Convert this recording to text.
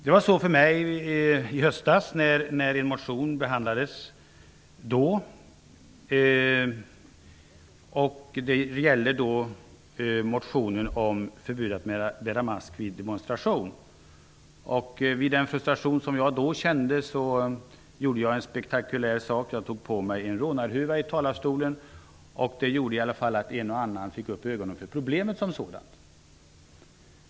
Så var det för mig i höstas, då min motion behandlades som gällde förbud mot att bära mask vid demonstration. På grund av den frustration som jag då kände gjorde jag en spektakulär sak. Jag tog nämligen på mig en rånarhuva när jag stod här i talarstolen. Men det gjorde att i alla fall en och annan fick upp ögonen för problemet som sådant.